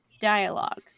Dialogue